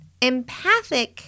Empathic